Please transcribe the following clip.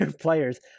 players